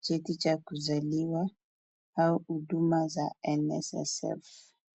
cheti cha kuzaliwa au huduma za NSSF.